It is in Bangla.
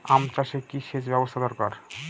আম চাষে কি সেচ ব্যবস্থা দরকার?